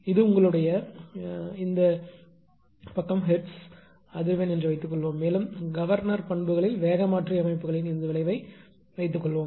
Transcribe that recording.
இது உங்களுடைய இந்தப் பக்கம் ஹெர்ட்ஸில் அதிர்வெண் என்று வைத்துக்கொள்வோம் மேலும் கவர்னர் பண்புகளில் வேகமாற்றி அமைப்புகளின் இந்த விளைவை வைத்துக்கொள்வோம்